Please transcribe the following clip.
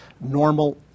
normal